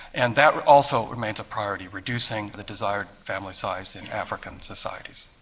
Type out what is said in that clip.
and that also remains a priority, reducing the desired family size in african societies.